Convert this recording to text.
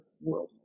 world